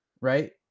right